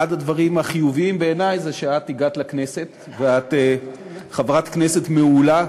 אחד הדברים החיוביים בעיני הוא שאת הגעת לכנסת ואת חברת כנסת מעולה,